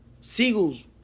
Seagulls